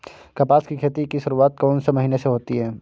कपास की खेती की शुरुआत कौन से महीने से होती है?